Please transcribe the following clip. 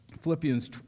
Philippians